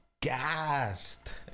gassed